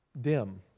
dim